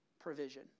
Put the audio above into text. provision